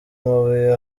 amabuye